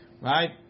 Right